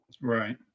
Right